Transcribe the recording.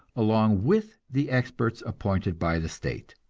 along with the experts appointed by the state.